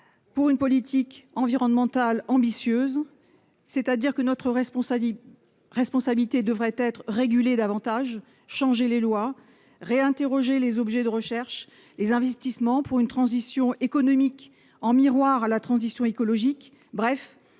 pour une politique environnementale ambitieuse, c'est-à-dire que notre responsabilité : responsabilité devrait être régulé davantage changer les lois réinterroger les objets de recherche, les investissements pour une transition économique en miroir à la transition écologique bref